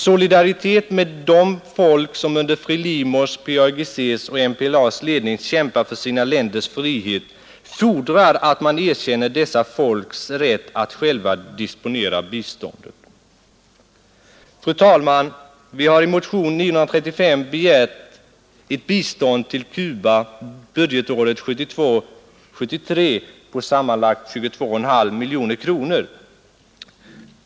Solidaritet med de folk som under FRELIMO:s, PAIGC:s och MPLA s ledning kämpar för sina länders frihet fordrar att man erkänner dessa folks rätt att själva disponera biståndet. Fru talman! Vi har i motion 935 begärt ett bistånd till Cuba för budgetåret 1972/73 på sammanlagt 225,5 miljoner kronor.